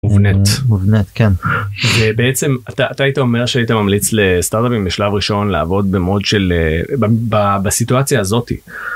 מובנית מובנית כן בעצם אתה היית אומר שהיית ממליץ לסטארטאפים בשלב ראשון לעבוד במוד של בסיטואציה הזאת.